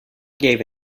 gave